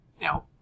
Now